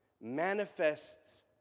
manifests